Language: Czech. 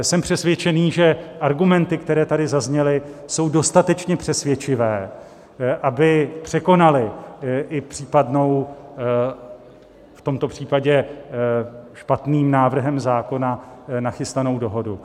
Jsem přesvědčený, že argumenty, které tady zazněly, jsou dostatečně přesvědčivé, aby překonaly i případnou v tomto případě špatným návrhem zákona nachystanou dohodu.